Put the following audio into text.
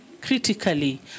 critically